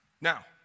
Now